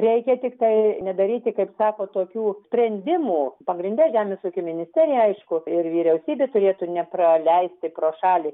reikia tiktai nedaryti kaip sako tokių sprendimų pagrinde žemės ūkio ministerija aišku ir vyriausybė turėtų nepraleisti pro šalį